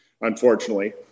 unfortunately